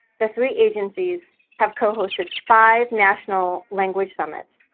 the three agencies have co-hosted five national language summits,